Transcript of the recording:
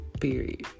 Period